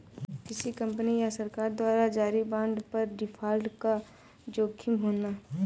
किसी कंपनी या सरकार द्वारा जारी बांड पर डिफ़ॉल्ट का जोखिम होना